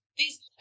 these-